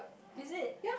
is it